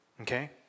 okay